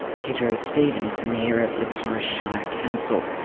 pedro stephen is the mayor of the torres shire council.